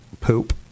poop